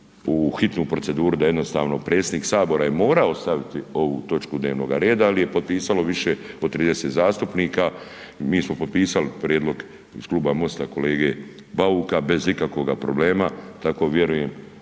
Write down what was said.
u hitnu proceduru da jednostavno predsjednik Sabora je morao staviti ovu točku dnevnog reda ali je potpisalo više od 30 zastupnika. Mi smo potpisali prijedlog iz kluba MOST-a kolege Bauka, bez ikakvoga problema tako vjerujem